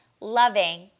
loving